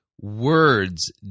Words